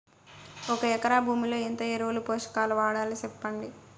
ఒక ఎకరా భూమిలో ఎంత ఎరువులు, పోషకాలు వాడాలి సెప్పండి?